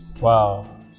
Wow